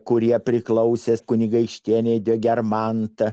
kurie priklausė kunigaikštienei de germant